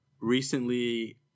recently